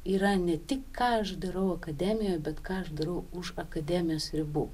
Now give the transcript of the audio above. yra ne tik ką aš darau akademijoj bet ką aš darau už akademijos ribų